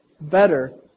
better